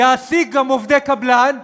יעסיק גם עובדי קבלן,